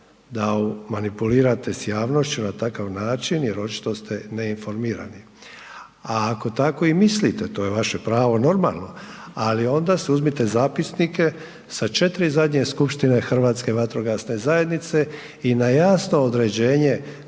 da manipulirate s javnošću na takav način jer očito ste neinformirani. A ako tako i mislite, to je vaše pravo normalno ali onda si uzmite zapisnike sa 4 zadnje Skupštine Hrvatske vatrogasne zajednice i na jasno određenje